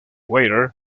water